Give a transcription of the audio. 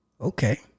Okay